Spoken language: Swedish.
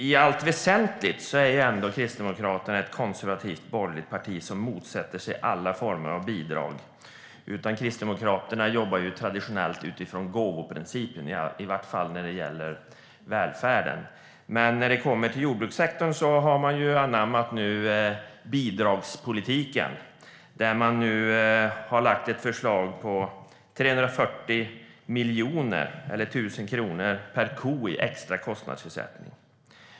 I allt väsentligt är Kristdemokraterna ett konservativt borgerligt parti som motsätter sig alla former av bidrag. Kristdemokraterna jobbar traditionellt utifrån gåvoprincipen, i vart fall när det gäller välfärden. Men för jordbrukssektorn har man nu anammat bidragspolitiken. Nu har man lagt fram ett förslag på 340 miljoner eller 1 000 kronor per ko i extra kostnadsersättning.